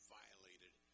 violated